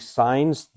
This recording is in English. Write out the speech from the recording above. signs